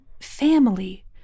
family